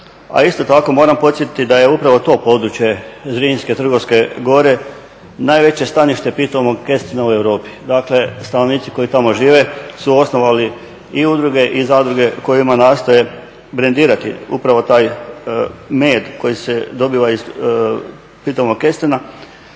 a isto tako moram podsjetiti da je upravo to područje Zrinske i Trgovske gore najveće stanište pitomog kestena u Europi. Dakle, stanovnici koji tamo žive su osnovali i udruge i zadruge kojima nastoje brendirati upravo taj med koji se dobiva iz pitomog kestena.